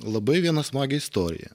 labai vieną smagią istoriją